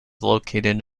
located